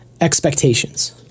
expectations